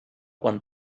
quan